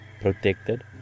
protected